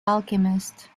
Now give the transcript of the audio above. alchemist